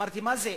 אמרתי: מה זה?